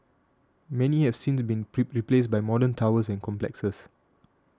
many have since been placed by modern towers and complexes